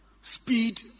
Speed